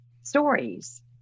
stories